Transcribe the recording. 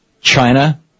China